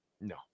No